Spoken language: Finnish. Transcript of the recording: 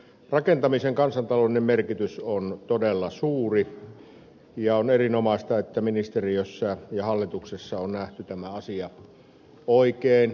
rakentamisen kansantaloudellinen merkitys on todella suuri ja on erinomaista että ministeriössä ja hallituksessa on nähty tämä asia oikein